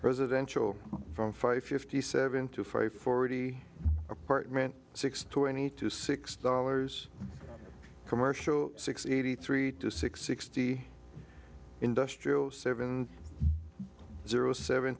presidential from five fifty seven to five forty apartment six twenty two six dollars commercial six eighty three two six sixty industrial seven zero seven